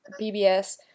PBS